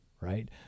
right